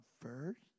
first